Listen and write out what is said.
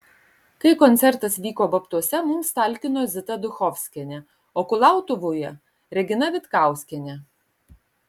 kai koncertas vyko babtuose mums talkino zita duchovskienė o kulautuvoje regina vitkauskienė